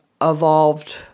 evolved